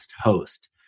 host